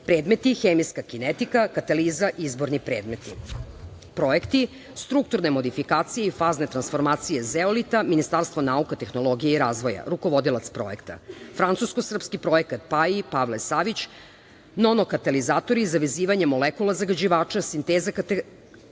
hemijska kinetika, kataliza, izborni predmeti. Projekti: strukturne modifikacije i fazne transformacije zeolita, Ministarstvo nauka, tehnologija i razvoja, rukovodilac projekta; francusko-srpski projekat Pavle Savić, nomokaktalizatori za vezivanje molekula zagađivača, sinteza karakterizacija